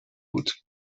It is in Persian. بود